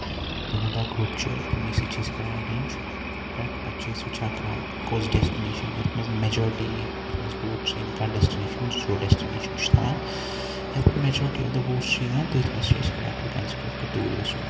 تِہُند اکھ گرُپ چھُ تِمنٕے سۭتۍ چھِ أسۍ کران ایرینج تریک پَتہٕ چھِ أسۍ وٕچھان کۄس ڈیسٹِنیشن یَتھ منٛز میجورٹی یی یَتھ منٛز ووٹٕس یِن کانہہ ڈِیسٹِیشن سۄ ڈِسٹِنیشن چھِ تھاوان یَتھ زَن میجورٹی آف دَ ووٹٕس چھِ یِوان تٔتھۍ منٛز چھِ أسۍ کران پَتہٕ کَنسڈر کہِ توٗرۍ گژھو